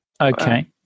Okay